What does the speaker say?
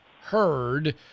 heard